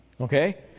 Okay